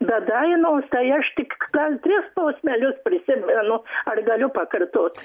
bet dainos tai aš tik gal tris posmelius prisimenu ar galiu pakartot